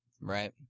Right